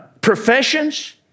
professions